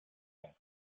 ans